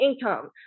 income